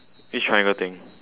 which triangle thing